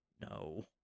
no